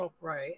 right